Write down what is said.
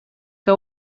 que